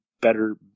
better